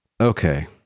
Okay